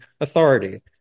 authority